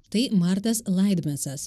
tai martas laidmecas